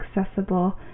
accessible